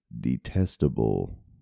detestable